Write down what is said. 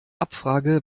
abfrage